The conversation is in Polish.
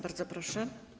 Bardzo proszę.